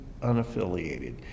unaffiliated